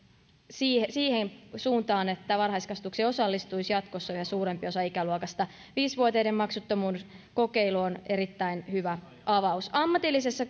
nyt siihen suuntaan että varhaiskasvatukseen osallistuisi jatkossa yhä suurempi osa ikäluokasta viisi vuotiaiden maksuttomuuskokeilu on erittäin hyvä avaus ammatillisessa